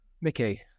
Mickey